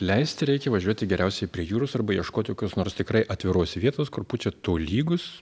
leisti reikia važiuoti geriausiai prie jūros arba ieškoti kokios nors tikrai atviros vietos kur pučia tolygus